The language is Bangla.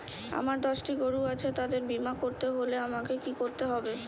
আমার দশটি গরু আছে তাদের বীমা করতে হলে আমাকে কি করতে হবে?